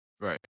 Right